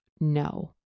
No